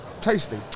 tasty